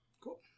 Cool